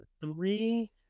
three